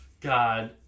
God